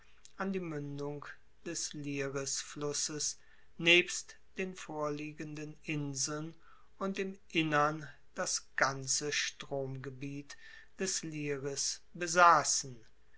an die muendung des lirisflusses nebst den vorliegenden inseln und im innern das ganze stromgebiet des liris besassen